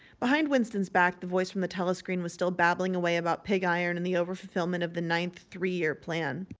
behind winston's back the voice from the telescreen was still babbling away about pig-iron and the overfulfilment of the ninth three-year plan.